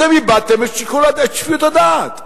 אתם איבדתם את שפיות הדעת,